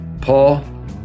Paul